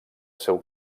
seu